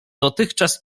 dotychczas